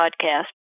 podcast